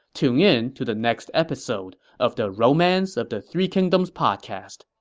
tune in to the next episode of the romance of the three kingdoms podcast.